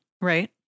Right